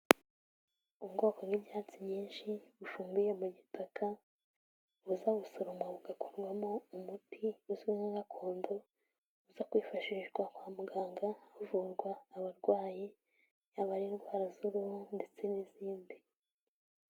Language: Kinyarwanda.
Ubwoko bw'ibyatsi nyinshi bufumbiye mu gitaka bazabusoroma bugakorwamo umuti uzwi nka gakondo zo kwifashishwa kwa muganga, havurwa abarwayi yaba ari indwara z'uruhu ndetse n'izindi.